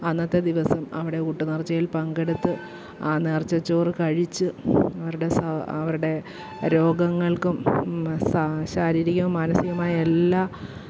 അന്നത്തെ ദിവസം അവിടെ ഊട്ട് നേർച്ചയിൽ പങ്കെടുത്ത് ആ നേർച്ചച്ചോറ് കഴിച്ച് അവരുടെ അവരുടെ രോഗങ്ങൾക്കും ശാരീരികവും മാനസികവുമായ എല്ലാ